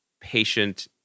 patient